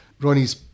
Ronnie's